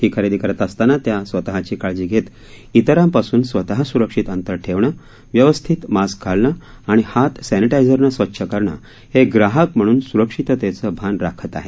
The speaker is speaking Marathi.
ही खरेदी करत असताना त्या स्वतःची काळजी घेत इतरांपासून स्वतः सुरक्षित अंतर ठेवणे व्यवस्थित मास्क घालणे आणि हात सॅनिटाझरनं स्वच्छ करणं हे ग्राहक म्हणून स्रक्षिततेचे भान राखत आहेत